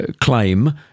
claim